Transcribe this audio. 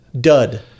Dud